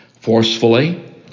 forcefully